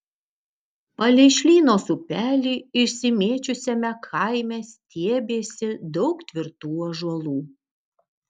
palei šlynos upelį išsimėčiusiame kaime stiebėsi daug tvirtų ąžuolų